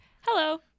Hello